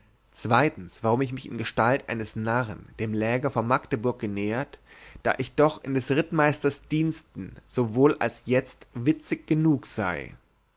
zweitens warum ich mich in gestalt eines narrn dem läger vor magdeburg genähert da ich doch in des rittmeisters diensten sowohl als jetzt witzig genug sei